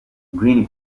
green